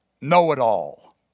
know-it-all